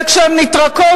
וכשהן נטרקות,